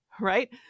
right